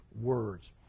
words